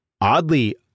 Oddly